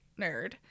nerd